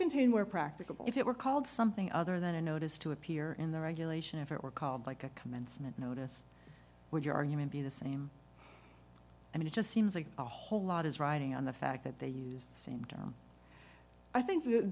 contained where practicable if it were called something other than a notice to appear in the regulation if it were called like a commencement notice would your argument be the same i mean it just seems like a whole lot is riding on the fact that they use the same term i think the